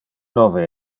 nove